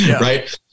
Right